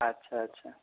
ଆଚ୍ଛା ଆଚ୍ଛା